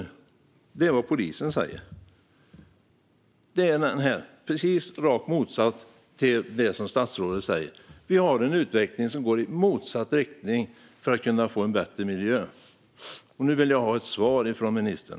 Detta är vad polisen säger, i rak motsats till det som statsrådet säger. Vi har en utveckling som går i motsatt riktning mot vad som krävs för att få en bättre miljö. Nu vill jag ha ett svar från ministern.